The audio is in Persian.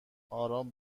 آرام